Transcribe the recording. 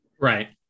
Right